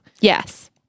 Yes